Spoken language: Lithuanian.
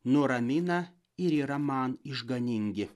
nuramina ir yra man išganingi